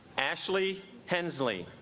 ashley hensley